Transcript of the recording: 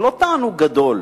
זה לא תענוג גדול.